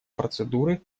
процедуры